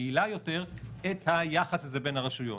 יעילה יותר את היחס הזה בין הרשויות,